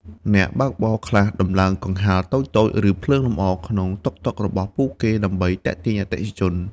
អ្នកបើកបរខ្លះដំឡើងកង្ហារតូចៗ ឬភ្លើងលម្អក្នុងតុកតុករបស់ពួកគេដើម្បីទាក់ទាញអតិថិជន។